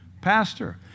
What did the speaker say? pastor